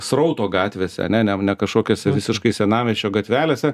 srauto gatvėse ane ne kažkokiose visiškai senamiesčio gatvelėse